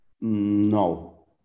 No